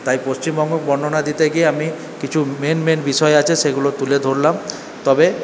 তাই পশ্চিমবঙ্গ বর্ণনা দিতে গিয়ে আমি কিছু মেন মেন বিষয় আছে সেগুলো তুলে ধরলাম তবে